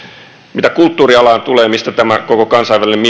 mitä kulttuurialaan tulee mistä tämä koko kansainvälinen